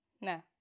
No